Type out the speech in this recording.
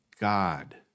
God